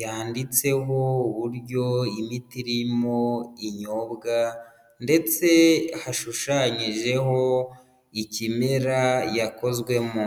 yanditseho uburyo imiti irimo inyobwa, ndetse hashushanyijeho ikimera yakozwemo.